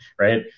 right